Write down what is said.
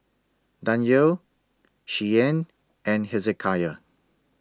Danyel Shianne and Hezekiah